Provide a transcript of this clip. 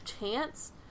chance